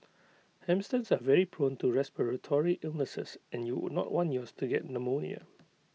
hamsters are very prone to respiratory illnesses and you would not want yours to get pneumonia